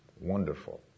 wonderful